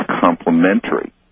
complementary